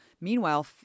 Meanwhile